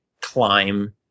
climb